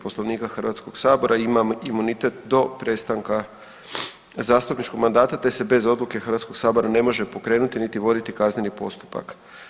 Poslovnika Hrvatskog sabora ima imunitet do prestanka zastupničkog mandata te se bez Odluke Hrvatskoga sabora ne može pokrenuti niti voditi kazneni postupak.